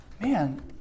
man